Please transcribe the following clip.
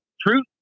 truth